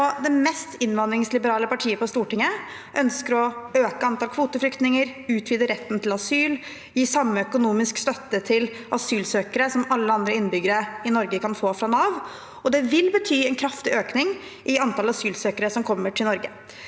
det mest innvandringsliberale partiet på Stortinget. De ønsker å øke antallet kvoteflyktninger, utvide retten til asyl og gi samme økonomiske støtte til asylsøkere som det alle andre innbyggere i Norge kan få fra Nav. Det vil bety en kraftig økning i antallet asylsøkere som kommer til Norge.